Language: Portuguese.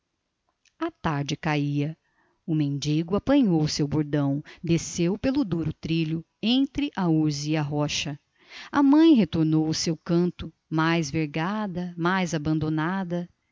a tarde caía o mendigo apanhou o seu bordão desceu pelo duro trilho entre a urze e a rocha a mãe retomou o seu canto mais vergada mais abandonada